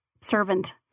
servant